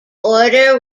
order